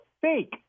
fake